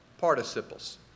participles